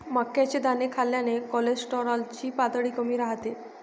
मक्याचे दाणे खाल्ल्याने कोलेस्टेरॉल ची पातळी कमी राहते